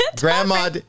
Grandma